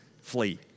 flee